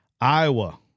Iowa